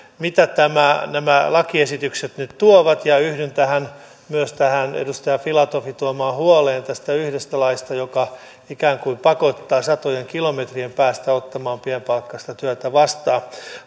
mitä nämä lakiesitykset nyt tuovat ja yhdyn myös tähän edustaja filatovin tuomaan huoleen tästä yhdestä laista joka ikään kuin pakottaa satojen kilometrien päästä ottamaan pienipalkkaista työtä vastaan